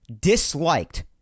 disliked